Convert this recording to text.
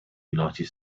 united